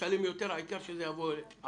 לשלם יותר, העיקר שזה עליה יבוא מלמעלה.